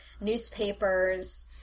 newspapers